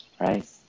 right